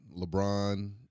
LeBron